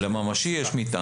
לממשי יש מטען.